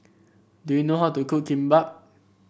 do you know how to cook Kimbap